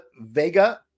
Vega